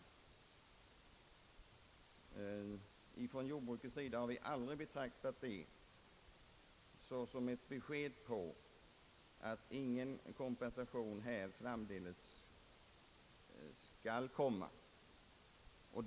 På jordbrukssidan har vi aldrig betraktat det såsom ett besked att ingen kompensation framdeles skulle medges.